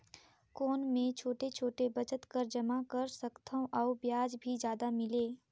कौन मै छोटे छोटे बचत कर जमा कर सकथव अउ ब्याज भी जादा मिले?